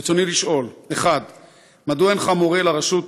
רצוני לשאול: 1. מדוע אינך מורה לרשות